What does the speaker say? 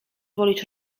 wolisz